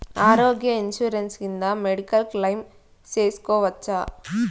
ఆరోగ్య ఇన్సూరెన్సు కింద medical claim సేసుకోవచ్చా?